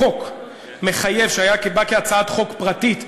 החוק שבא כהצעת חוק פרטית,